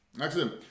Excellent